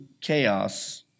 chaos